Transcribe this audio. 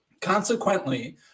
Consequently